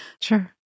Sure